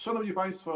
Szanowni Państwo!